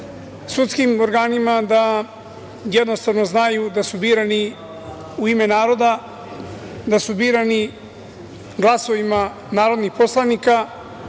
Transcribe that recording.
sudskim organima da jednostavno znaju da su birani u ime naroda, da su birani glasovima narodnih poslanika